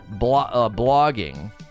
blogging